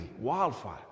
wildfire